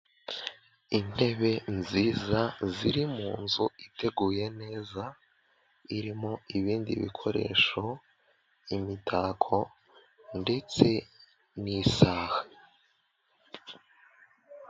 Intebe nziza ziri mu nzu iteguye neza, irimo ibindi bikoresho, imitako, ndetse n'isaha.